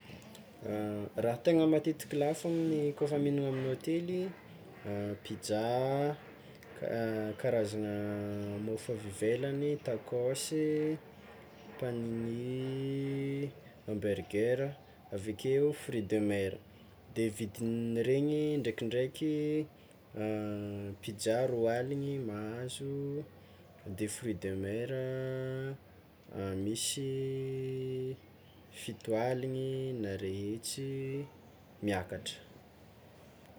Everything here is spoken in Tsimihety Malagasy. Raha tegna matetiky lafo kôfa mihignagna amin'ny hôtely pizza, karazagna môfo avy ivelany, tacosy, panini, hamburger avekeo gfruit de mer de vidin'iregny ndraikindraiky pizza roa aligny mahazo, de fruit de mer misy fito aligny na ray hetsy miakatra.